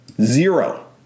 Zero